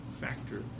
factor